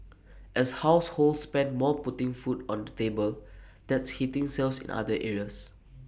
as households spend more putting food on the table that's hitting sales in other areas